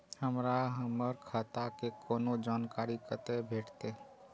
हमरा हमर खाता के कोनो जानकारी कतै भेटतै?